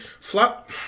Flat